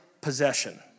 possession